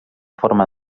forma